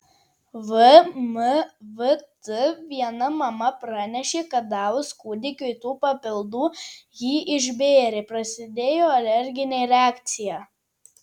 vmvt viena mama pranešė kad davus kūdikiui tų papildų jį išbėrė prasidėjo alerginė reakcija